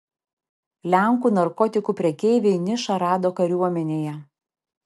lenkų narkotikų prekeiviai nišą rado kariuomenėje